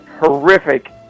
horrific